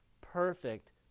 perfect